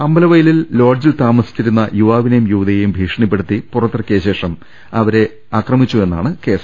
അമ്പലവയലിൽ ലോഡ്ജിൽ താമസിച്ചിരുന്ന യുവാവിനേയും യുവതിയേയും ഭീഷ ണിപ്പെടുത്തി പുറത്തിറക്കിയ ശേഷം അവരെ ആക്രമിക്കുകയായി രുന്നു എന്നാണ് കേസ്